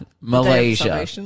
Malaysia